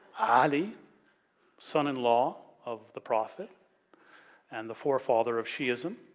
aadi son-in-law of the prophet and the forefather of shi'ism,